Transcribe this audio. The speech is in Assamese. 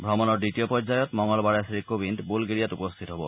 ভ্ৰমণৰ দ্বিতীয় পৰ্যায়ত মঙলবাৰে শ্ৰীকোবিন্দ বুলগেৰিয়াত উপস্থিত হ'ব